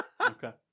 Okay